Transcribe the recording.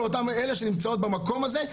לאותן אלה שנמצאות במקום הזה,